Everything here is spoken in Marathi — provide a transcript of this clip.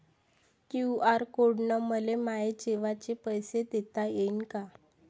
क्यू.आर कोड न मले माये जेवाचे पैसे देता येईन का?